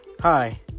Hi